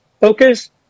focus